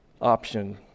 option